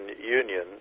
Union